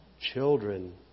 children